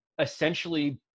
essentially